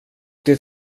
det